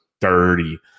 dirty